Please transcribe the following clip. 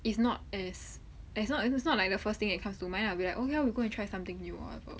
it's not as as long as it's not like the first thing that comes to mind lah I'll be like okay ya we go and try something new or whatever